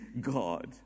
God